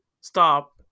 stop